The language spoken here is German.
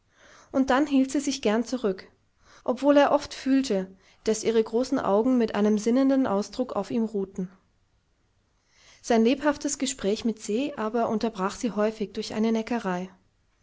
und dann hielt sie sich gern zurück obwohl er oft fühlte daß ihre großen augen mit einem sinnenden ausdruck auf ihm ruhten sein lebhaftes gespräch mit se aber unterbrach sie häufig durch eine neckerei